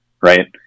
right